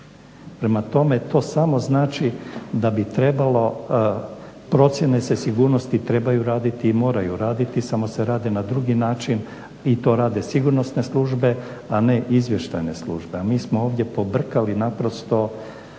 Prema tome, to samo znači da bi trebalo procjene se sigurnosti trebaju raditi moraju raditi, samo se rade na drugi način. I to rade sigurnosne službe a ne izvještajne službe.